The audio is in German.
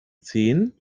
zehn